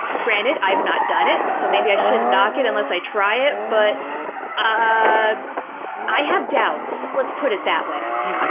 granted, i've not done it, so maybe i shouldn't knock it unless i try it, but i i have doubts, let's put it that way. yeah,